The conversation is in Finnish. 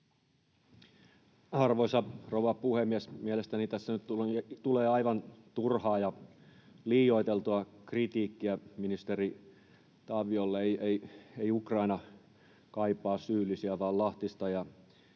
Arvoisa rouva puhemies! Mielestäni tässä nyt tulee aivan turhaa ja liioiteltua kritiikkiä ministeri Taviolle. Ei Ukraina kaipaa syyllisiä, vaan Lahtista